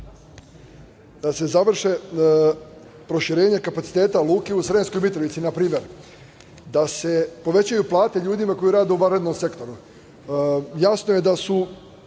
da se završi proširenje kapaciteta luke u Sremskoj Mitrovici npr. Da se povećaju plate ljudima koji rade u vanrednom sektoru. Jasno je da su